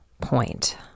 point